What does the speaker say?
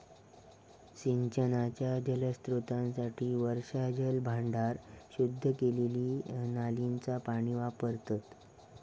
सिंचनाच्या जलस्त्रोतांसाठी वर्षाजल भांडार, शुद्ध केलेली नालींचा पाणी वापरतत